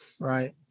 Right